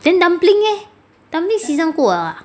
then dumpling eh dumpling season 过了啊